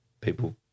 people